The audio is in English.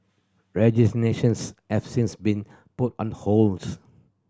registrations have since been put on hold